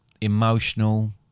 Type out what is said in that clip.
emotional